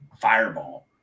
fireball